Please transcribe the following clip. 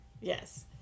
Yes